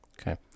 Okay